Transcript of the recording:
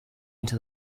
into